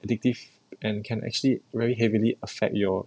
addictive and can actually very heavily affect your